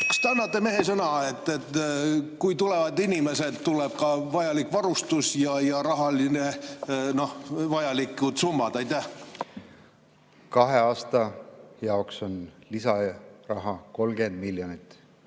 Kas te annate mehesõna, et kui tulevad inimesed, siis tuleb ka vajalik varustus ja raha, tulevad vajalikud summad? Kahe aasta jaoks on lisaraha 30 miljonit